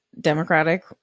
democratic